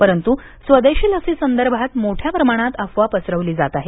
परंतु स्वदेशी लसीसंदर्भात मोठ्या प्रमाणात अफवा पसरवली जाते आहे